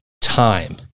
time